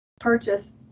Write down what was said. purchase